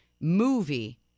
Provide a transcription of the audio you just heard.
movie